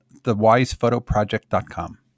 thewisephotoproject.com